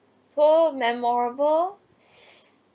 so memorable